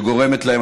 שגורמת להם,